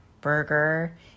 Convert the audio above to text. Burger